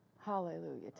Hallelujah